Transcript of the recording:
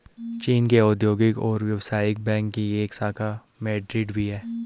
चीन के औद्योगिक और व्यवसायिक बैंक की एक शाखा मैड्रिड में भी है